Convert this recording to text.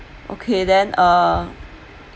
okay then uh